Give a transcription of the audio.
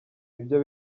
ibyo